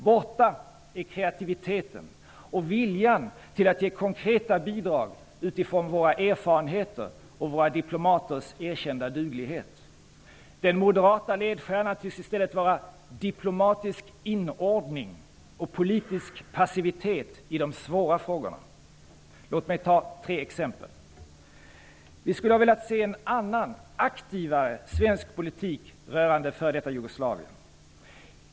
Borta är kreativiteten och viljan att ge konkreta bidrag utifrån våra erfarenheter och våra diplomaters erkända duglighet. Den moderata ledstjärnan tycks i stället vara diplomatisk inordning och politisk passivitet i de svåra frågorna. Låt mig nämna tre exempel. Vi skulle ha velat se en annan, aktivare svensk politik rörande f.d. Jugoslavien.